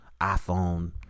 iPhone